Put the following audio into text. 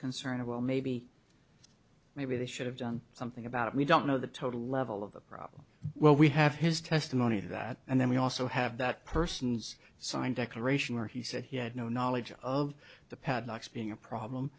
concern of well maybe maybe they should have done something about it we don't know the total level of the problem well we have his testimony to that and then we also have that person's signed declaration where he said he had no knowledge of the padlocks being a problem